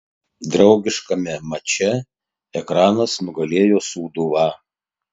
draugiškame mače ekranas nugalėjo sūduvą